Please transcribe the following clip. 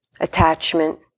attachment